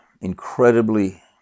incredibly